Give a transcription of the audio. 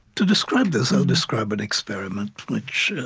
to describe this, i'll describe an experiment, which